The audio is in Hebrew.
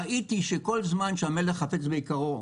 ראיתי שכל זמן שהמלך חפץ ביקרו,